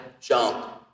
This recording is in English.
jump